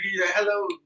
hello